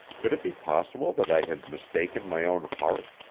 could it be possible that i had mistaken my own heart?